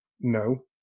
no